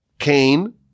Cain